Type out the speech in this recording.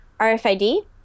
RFID